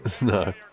No